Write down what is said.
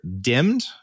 dimmed